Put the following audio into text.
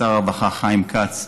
שר הרווחה חיים כץ,